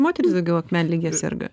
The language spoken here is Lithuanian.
moterys daugiau akmenlige serga